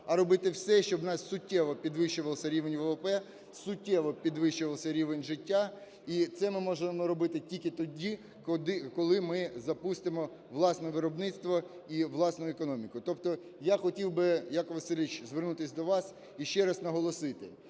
але робити все, щоби у нас суттєво підвищувався рівень ВВП, суттєво підвищувався рівень життя. І це ми можемо робити тільки тоді, коли ми запустимо власне виробництво і власну економіку. Тобто я хотів би, Яків Васильович, звернутися до вас і ще раз наголосити,